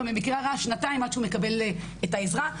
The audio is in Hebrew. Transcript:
במקרה הרע שנתיים עד שהוא מקבל את העזרה.